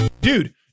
Dude